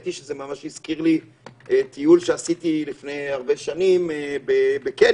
שזה ממש הזכיר לי טיול שעשיתי לפני הרבה שנים בקניה,